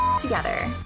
together